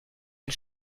une